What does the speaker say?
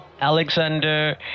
Alexander